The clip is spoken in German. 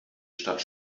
stadt